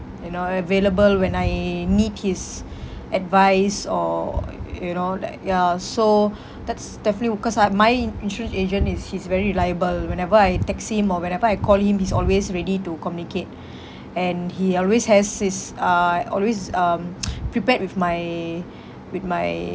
you know available when I need his advice or y~ you know like ya so that's definitely wou~ cause like my in~ insurance agent is he's very reliable whenever I text him or whenever I call him he's always ready to communicate and he always has he's uh always um prepared with my with my